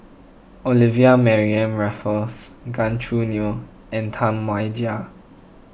Olivia Mariamne Raffles Gan Choo Neo and Tam Wai Jia